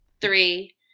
three